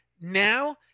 Now